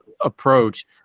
approach